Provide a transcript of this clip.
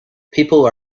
people